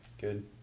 Good